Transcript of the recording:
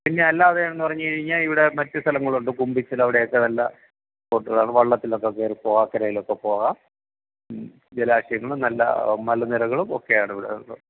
പിന്നെ അല്ലാതെയെന്നു പറഞ്ഞുകഴിഞ്ഞാല് ഇവിടെ മറ്റു സ്ഥലങ്ങളുണ്ട് കുമ്പിച്ചിലവിടെയൊക്കെ നല്ല സ്പോട്ടുകളാണ് വെള്ളത്തിലൊക്കെ കയറിപ്പോകാം അക്കരയിലൊക്കെ പോവാം ജലാശയങ്ങളും നല്ല മലനിരകളും ഒക്കെയാണ് ഇവിടെ